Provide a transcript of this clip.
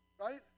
Right